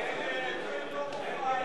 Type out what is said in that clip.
מי נמנע?